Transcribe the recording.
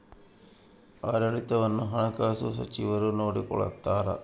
ಆಡಳಿತವನ್ನು ಹಣಕಾಸು ಸಚಿವರು ನೋಡಿಕೊಳ್ತಾರ